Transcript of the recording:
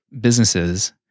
businesses